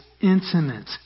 intimate